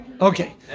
Okay